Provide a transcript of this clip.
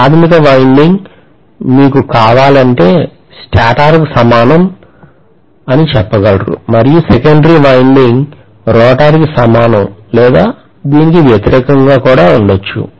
ప్రాధమిక వైన్డింగ్ మీకు కావాలంటే స్టేటర్కు సమానం అని మీరు చెప్పగలరు మరియు సెకండరీ వైన్డింగ్ రోటర్కు సమానం లేదా దీనికి వ్యతిరేకంగా కూడా ఉంటుంది